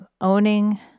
owning